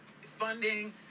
funding